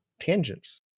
tangents